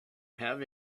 have